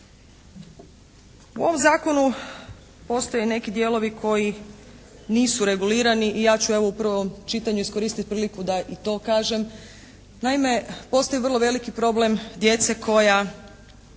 U ovom zakonu postoje i neki dijelovi koji nisu regulirani i ja ću u prvom čitanju iskoristiti priliku da i to kažem. Naime, postoji vrlo veliki problem djece koja